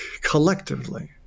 collectively